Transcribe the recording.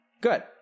Good